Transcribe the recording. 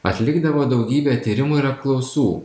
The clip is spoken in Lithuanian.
atlikdavo daugybę tyrimų ir apklausų